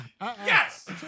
Yes